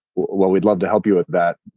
well, we'd love to help you with that.